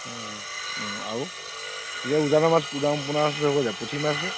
আৰু এতিয়া উজানৰ মাছ পোনা পোনা পুঠি মাছহে